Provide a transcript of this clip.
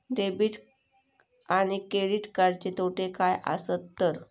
Debit आणि credit कार्डचे तोटे काय आसत तर?